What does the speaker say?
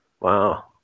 Wow